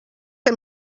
que